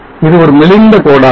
இது ஒரு மெலிந்த கோடாகும்